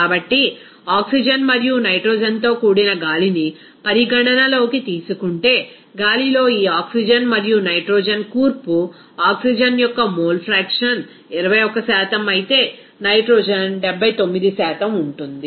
కాబట్టి ఆక్సిజన్ మరియు నైట్రోజన్ తో కూడిన గాలిని పరిగణనలోకి తీసుకుంటే గాలిలో ఈ ఆక్సిజన్ మరియు నైట్రోజన్ కూర్పు ఆక్సిజన్ యొక్క మోల్ ఫ్రాక్షన్ 21 అయితే నైట్రోజన్ 79 ఉంటుంది